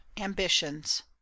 ambitions